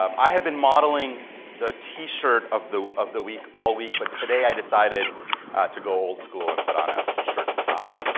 um i have been modeling the t-shirt of the of the week all week, but today i decided to go old school and put on a shirt and tie.